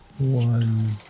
one